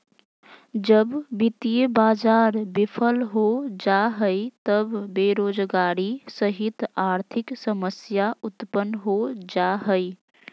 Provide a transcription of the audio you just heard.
जब वित्तीय बाज़ार बिफल हो जा हइ त बेरोजगारी सहित आर्थिक समस्या उतपन्न हो जा हइ